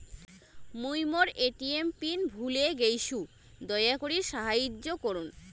মুই মোর ATM pin ভুলে গেইসু, দয়া করি সাহাইয্য করুন